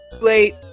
Late